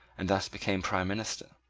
and thus became prime minister.